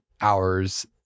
hours